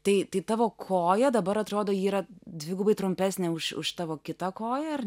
tai tavo koja dabar atrodo yra dvigubai trumpesnė už už tavo kitą koją ar